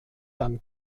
dann